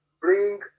bring